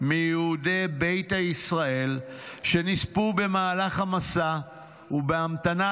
מיהודי ביתא ישראל שנספו במהלך המסע ובהמתנה